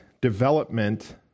development